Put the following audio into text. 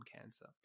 cancer